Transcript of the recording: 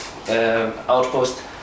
outpost